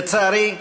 לצערי,